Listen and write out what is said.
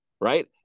right